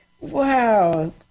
wow